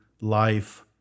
life